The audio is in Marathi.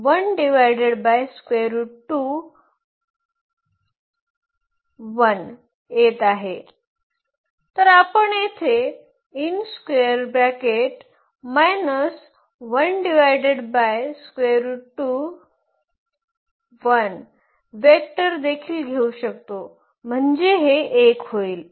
तर आपण येथे वेक्टर देखील घेऊ शकतो म्हणजे हे 1 होईल